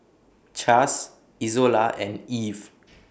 Chas Izola and Eve